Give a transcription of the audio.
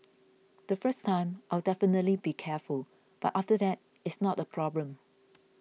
the first time I'll definitely be careful but after that it's not a problem